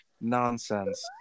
nonsense